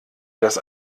das